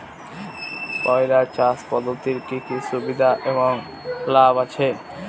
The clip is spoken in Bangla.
পয়রা চাষ পদ্ধতির কি কি সুবিধা এবং লাভ আছে?